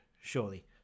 surely